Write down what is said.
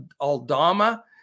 Aldama